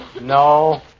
No